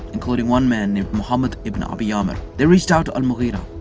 including one man named muhammad ibn abi amir. they reached out to al-mughira.